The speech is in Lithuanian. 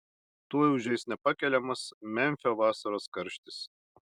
tuoj užeis nepakeliamas memfio vasaros karštis